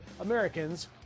Americans